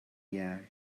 yard